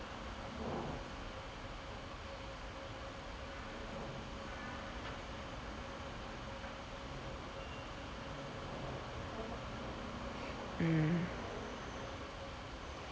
mm